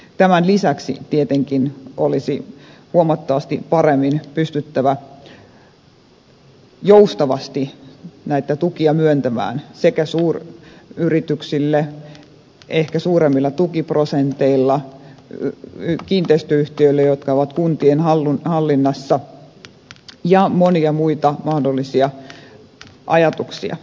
tämän lisäksi tietenkin olisi huomattavasti paremmin pystyttävä joustavasti näitä tukia myöntämään sekä suuryrityksille ehkä suuremmilla tukiprosenteilla kiinteistöyhtiöille jotka ovat kuntien hallinnassa ja on monia muita mahdollisia ajatuksia